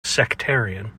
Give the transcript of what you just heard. sectarian